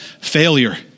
failure